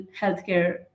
healthcare